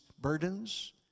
burdens